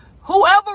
whoever